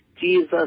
Jesus